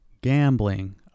gambling